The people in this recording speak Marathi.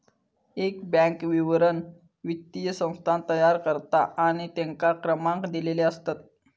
एक बॅन्क विवरण वित्तीय संस्थान तयार करता आणि तेंका क्रमांक दिलेले असतत